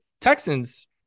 Texans